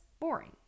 boring